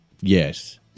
Yes